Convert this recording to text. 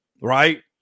Right